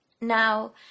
now